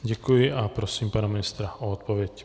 Děkuji a prosím pana ministra o odpověď.